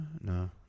no